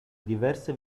diverse